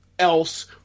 else